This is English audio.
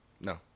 No